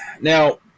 Now